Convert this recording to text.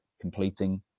completing